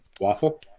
Waffle